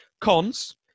Cons